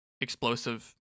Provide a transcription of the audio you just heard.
explosive